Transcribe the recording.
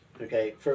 Okay